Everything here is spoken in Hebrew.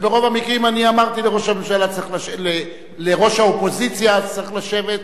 וברוב המקרים אני אמרתי לראש האופוזיציה: צריך לשבת,